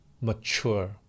mature